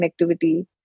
connectivity